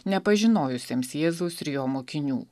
nepažinojusiems jėzus ir jo mokinių